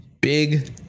big